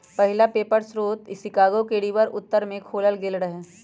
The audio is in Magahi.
पहिला पेपर स्रोत शिकागो के रिवर उत्तर में खोलल गेल रहै